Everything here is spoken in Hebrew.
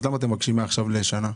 אז למה אתם מבקשים מעכשיו לשנה?